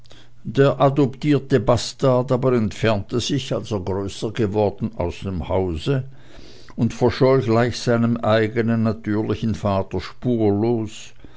der adoptierte bastard aber entfernte sich als er größer geworden aus dem hause und verscholl gleich seinem eigenen natürlichen vater spurlos